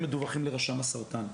והם מדווחים לרשם הסרטן.